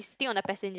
still on a passenger